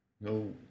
No